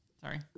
Sorry